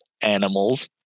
animals